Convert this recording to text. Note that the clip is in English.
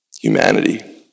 humanity